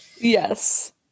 Yes